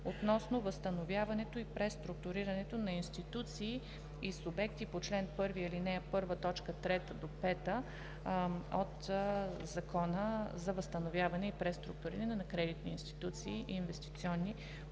относно възстановяването и преструктурирането на институции и субекти по чл. 1, ал. 1, т. 3 – 5 от Закона за възстановяване и преструктуриране на кредитни институции и инвестиционни посредници,